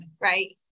right